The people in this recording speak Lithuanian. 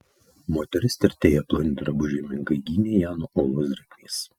moteris tirtėjo ploni drabužiai menkai gynė ją nuo olos drėgmės